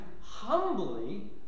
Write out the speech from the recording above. humbly